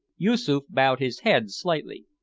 yoosoof bowed his head slightly.